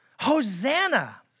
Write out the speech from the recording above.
Hosanna